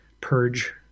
purge